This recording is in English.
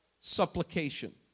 supplication